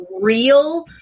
real